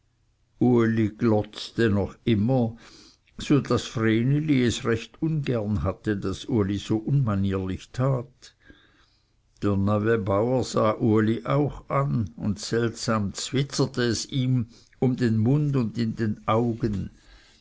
noch immer so daß vreneli es recht ungern hatte daß uli so unmanierlich tat der neue bauer sah uli auch an und seltsam zwitzerte es ihm um den mund und in den augen